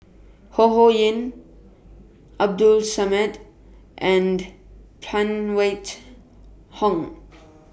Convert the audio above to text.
Ho Ho Ying Abdul Samad and Phan Wait Hong